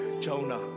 Jonah